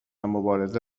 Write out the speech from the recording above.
مبارزه